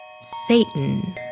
Satan